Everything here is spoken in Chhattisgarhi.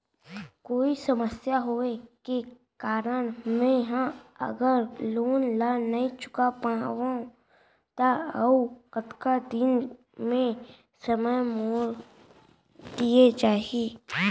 कोई समस्या होये के कारण मैं हा अगर लोन ला नही चुका पाहव त अऊ कतका दिन में समय मोल दीये जाही?